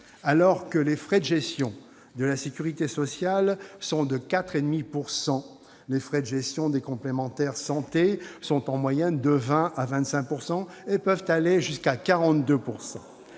Alors que les frais de gestion de la sécurité sociale s'élèvent à 4,5 %, ceux des complémentaires santé sont en moyenne de 20 % à 25 % et peuvent aller jusqu'à 42